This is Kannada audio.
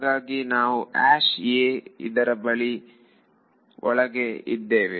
ಹಾಗಾಗಿ ನಾವು a ಇದರ ಒಳಗೆ ಇದ್ದೇವೆ